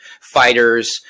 fighters